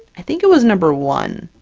i think it was number one.